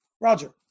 Roger